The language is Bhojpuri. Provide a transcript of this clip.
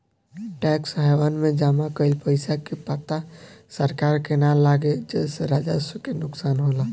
टैक्स हैवन में जमा कइल पइसा के पता सरकार के ना लागे जेसे राजस्व के नुकसान होला